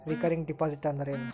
Recurring deposit ಅಂದರೇನು?